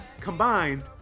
combined